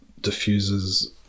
diffuses